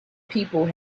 people